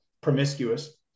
promiscuous